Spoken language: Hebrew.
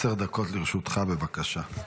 עשר דקות לרשותך, בבקשה.